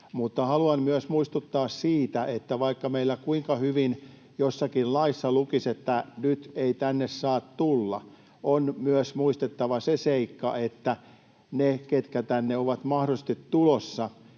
haluan myös muistuttaa siitä, että vaikka meillä kuinka hyvin jossakin laissa lukisi, että nyt ei tänne saa tulla, on myös muistettava se seikka, että ne, ketkä tänne ovat mahdollisesti tulossa,